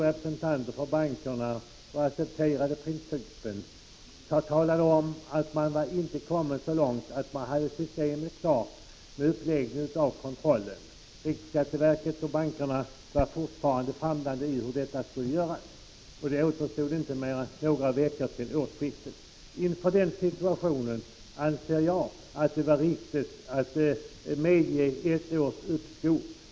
Representanter för bankerna förklarade att de accepterade principen, men talade om att de inte kommit så långt att de hade systemet klart för uppläggning av kontrollen. Riksskatteverket och bankerna famlade fortfarande och visste inte hur detta skulle göras, och det återstod inte mer än några veckor till årsskiftet. I den situationen anser jag att det vore riktigt att medge ett års uppskov.